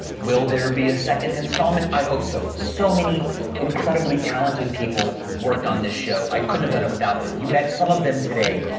will there be a second installment? i hope so. so many incredibly talented people worked on this show. i couldn't have done it without them. you met some of them today.